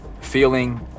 feeling